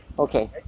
Okay